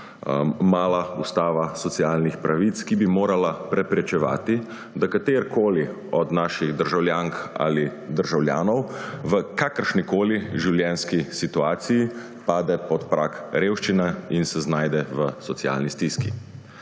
mala ustava socialnih pravic, ki bi morala preprečevati, da katerikoli od naših državljank ali državljanov v kakršnikoli življenjski situaciji pade pod prag revščine in se znajde v socialni stiski.